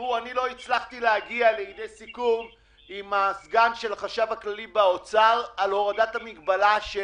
לא הצלחתי להגיע לסיכום עם הסגן של החשב הכללי באוצר על הורדת המגבלה של